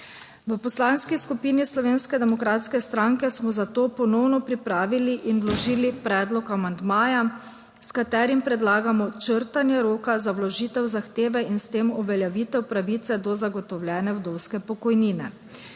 V Poslanski skupini Slovenske demokratske stranke smo zato ponovno pripravili in vložili predlog amandmaja, s katerim predlagamo črtanje roka za vložitev zahteve in s tem uveljavitev pravice do zagotovljene vdovske pokojnine.